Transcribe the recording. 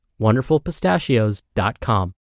wonderfulpistachios.com